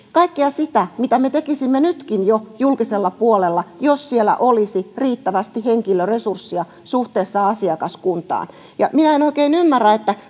kaikkea sitä mitä me tekisimme nytkin jo julkisella puolella jos siellä olisi riittävästi henkilöresursseja suhteessa asiakaskuntaan minä en oikein ymmärrä että